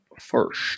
first